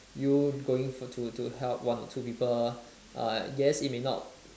you going for to to help one or two people uh yes it may not